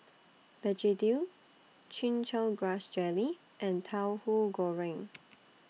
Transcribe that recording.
Begedil Chin Chow Grass Jelly and Tauhu Goreng